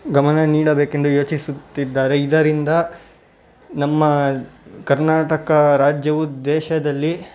ಗಮನ ನೀಡಬೇಕೆಂದು ಯೋಚಿಸುತ್ತಿದ್ದಾರೆ ಇದರಿಂದ ನಮ್ಮ ಕರ್ನಾಟಕ ರಾಜ್ಯವು ದೇಶದಲ್ಲಿ